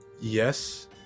Yes